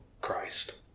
Christ